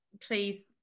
please